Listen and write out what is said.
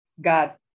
God